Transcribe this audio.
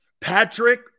Patrick